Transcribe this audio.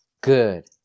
Good